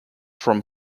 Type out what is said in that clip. from